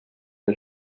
que